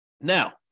Now